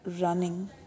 running